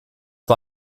war